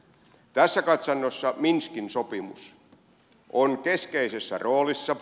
tässä katsannossa minskin sopimus on keskeisessä roolissa